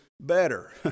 better